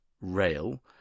rail